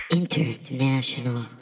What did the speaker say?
International